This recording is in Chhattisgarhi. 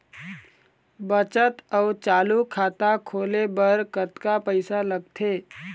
बचत अऊ चालू खाता खोले बर कतका पैसा लगथे?